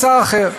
לשר אחר.